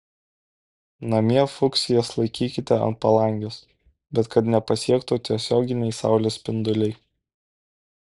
namie fuksijas laikykite ant palangės bet kad nepasiektų tiesioginiai saulės spinduliai